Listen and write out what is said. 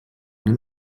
den